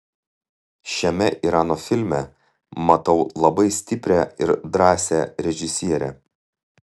šiame irano filme matau labai stiprią ir drąsią režisierę